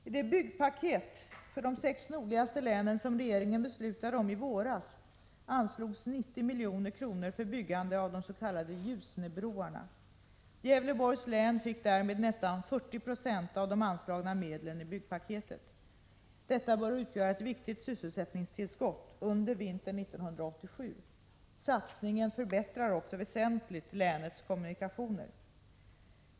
I det byggpaket för de sex nordligaste länen som regeringen beslutade om i våras anslogs 90 milj.kr. för byggande av des.k. Ljusnebroarna. Gävleborgs län fick därmed nästan 40 96 av de anslagna medlen i byggpaketet. Detta bör utgöra ett viktigt sysselsättningstillskott under vintern 1987; satsningen förbättrar också väsentligt länets kommunikationer.